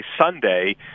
sunday